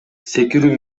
секирүү